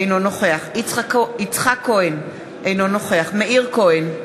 אינו נוכח יצחק כהן, אינו נוכח מאיר כהן,